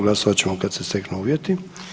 Glasovat ćemo kad se steknu uvjeti.